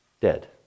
Dead